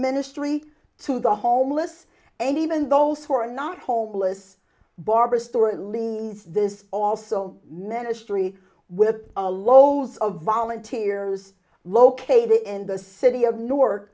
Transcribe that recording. ministry to the homeless and even those who are not homeless barber story live this also ministry with a lowe's of volunteers located in the city of new